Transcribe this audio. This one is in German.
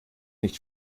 nicht